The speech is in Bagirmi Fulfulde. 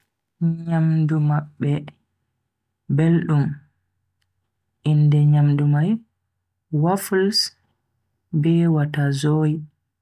Nyamdu mabbe beldum, inde nyamdu mai waffles be waterzooi.